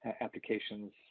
applications